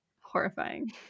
Horrifying